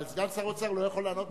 אבל סגן שר אוצר לא יכול לענות,